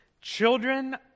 Children